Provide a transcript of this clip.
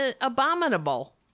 abominable